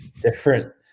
different